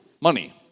money